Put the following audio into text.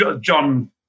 John